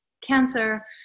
cancer